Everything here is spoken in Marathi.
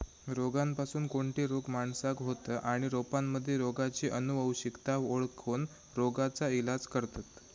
रोपांपासून कोणते रोग माणसाका होतं आणि रोपांमध्ये रोगाची अनुवंशिकता ओळखोन रोगाचा इलाज करतत